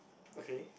okay